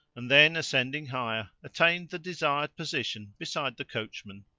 and then, ascending higher, attained the desired position beside the coachman.